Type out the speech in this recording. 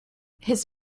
his